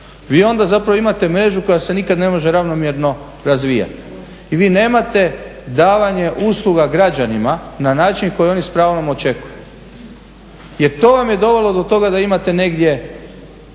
Vi onda zapravo imate mrežu koja se nikad ne može ravnomjerno razvijati. I vi nemate davanje usluga građanima na način koji oni s pravom očekuju, jer to vam je dovelo do toga da imate negdje